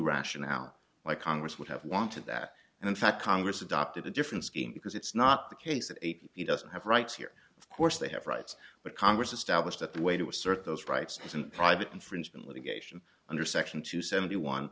rationale why congress would have wanted that and in fact congress adopted a different scheme because it's not the case that a t p doesn't have rights here of course they have rights but congress established that the way to assert those rights is in private infringement litigation under section two seventy one